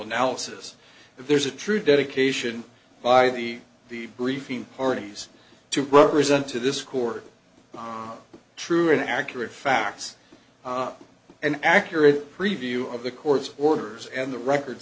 analysis that there's a true dedication by the the briefing parties to represent to this court the true and accurate facts and accurate preview of the court's orders and the record